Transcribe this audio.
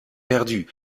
perdu